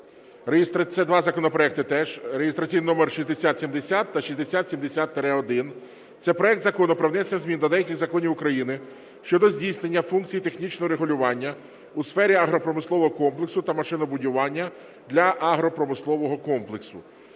Це два законопроекти теж (реєстраційний номер 6070 та 6070-1). Це проект Закону про внесення змін до деяких законів України щодо здійснення функцій технічного регулювання у сфері агропромислового комплексу та машинобудування для агропромислового комплексу.